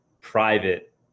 private